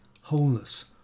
wholeness